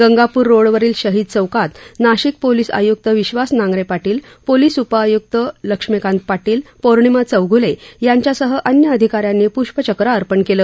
Gangapur road वरील शहीद चौकात नाशिक पोलीस आयुक्त विश्वास नांगरे पाटील पोलीस उपआयक्त लक्ष्मीकांत पाटील पौर्णिमा चौघले यांच्यासह अन्य अधिकाऱ्यांनी प्ष्पचक्र अर्पण केलं